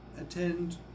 attend